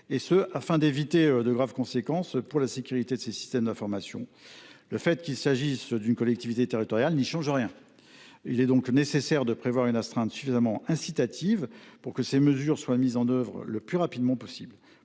elle, afin d’éviter de graves conséquences pour la sécurité de ces systèmes d’information. Le fait qu’il s’agisse d’une collectivité territoriale n’y change rien. Il est donc nécessaire de prévoir une astreinte suffisamment incitative pour que ces mesures soient mises en œuvre le plus rapidement possible.